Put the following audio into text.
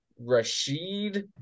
Rashid